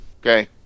Okay